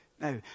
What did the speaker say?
Now